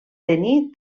tenir